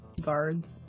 Guards